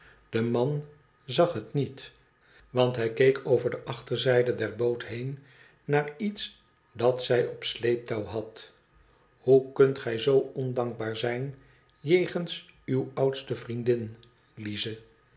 de man zag het niet want hij keek over de achterzijde der boot heen naar iets dat zij op sleeptouw had ihoe kunt gij zoo ondankbaar zijn jegens uwe oudste vriendin lize